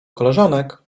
koleżanek